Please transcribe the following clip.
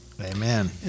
amen